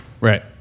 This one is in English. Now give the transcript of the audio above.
right